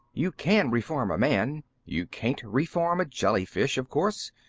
you can reform a man you can't reform a jelly-fish, of course.